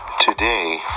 Today